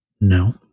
No